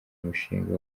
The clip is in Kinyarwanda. mushinga